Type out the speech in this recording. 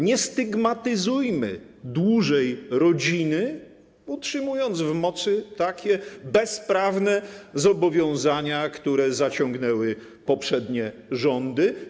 Nie stygmatyzujmy dłużej rodziny, utrzymując w mocy takie bezprawne zobowiązania, które zaciągnęły poprzednie rządy.